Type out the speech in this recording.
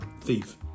thief